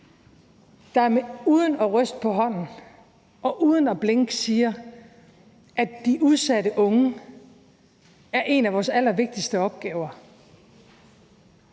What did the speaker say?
der uden at ryste på hånden og uden at blinke siger, at de udsatte unge er en af vores allervigtigste opgaver